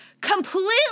completely